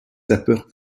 sapeurs